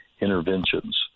interventions